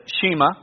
Shema